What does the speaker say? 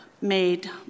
made